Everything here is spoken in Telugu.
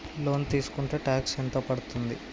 లోన్ తీస్కుంటే టాక్స్ ఎంత పడ్తుంది?